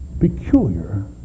peculiar